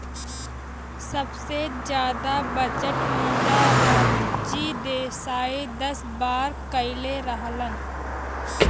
सबसे जादा बजट मोरारजी देसाई दस बार कईले रहलन